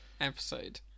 episode